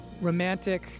romantic